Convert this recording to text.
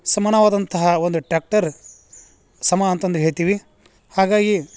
ಸಮಾನವಾದಂತಹ ಒಂದು ಟ್ಯಾಕ್ಟರ್ ಸಮ ಅಂತಂದು ಹೇಳ್ತೀವಿ ಹಾಗಾಗಿ